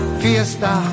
fiesta